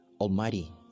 Almighty